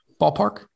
Ballpark